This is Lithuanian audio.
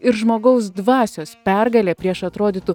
ir žmogaus dvasios pergalė prieš atrodytų